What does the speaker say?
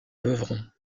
beuvron